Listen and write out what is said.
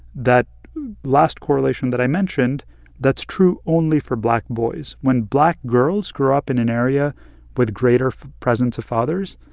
that last correlation that i mentioned that's true only for black boys. when black girls grow up in an area with greater presence of fathers,